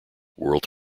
world